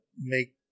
make